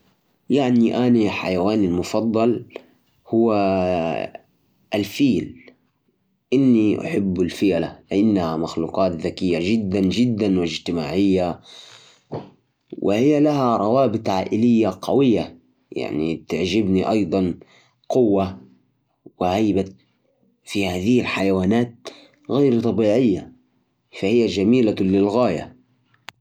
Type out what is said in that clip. حيواني المفضلة هو الكلب أحب الكلاب لأنها وفية ومرحة وتعتبر أفضل صديق للإنسان كمان تعطي شعور بالأمان وتحب اللعب والمرح وجود كلب في البيت يضيف جو من السعادة والحيوية ويخلي الأوقات أجمل